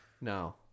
No